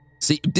See